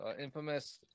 infamous